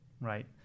right